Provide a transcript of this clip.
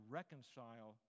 reconcile